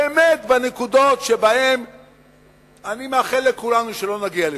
באמת, בנקודות שאני מאחל לכולנו שלא נגיע לשם,